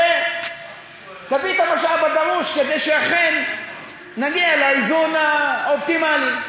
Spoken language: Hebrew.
ותביא את המשאב הדרוש כדי שאכן נגיע לאיזון האופטימלי.